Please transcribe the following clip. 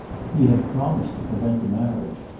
he had promised to prevent the marriage.